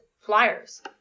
flyers